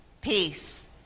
peace